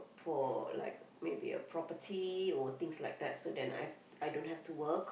for like maybe a property or things like that so then I I don't have to work